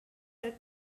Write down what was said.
her